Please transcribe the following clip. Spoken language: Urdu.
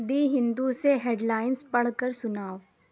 دی ہندو سے ہیڈلائنز پڑھ کر سناؤ